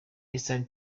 eastern